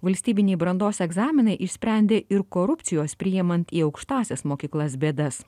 valstybiniai brandos egzaminai išsprendė ir korupcijos priimant į aukštąsias mokyklas bėdas